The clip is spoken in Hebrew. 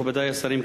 מכובדי השרים,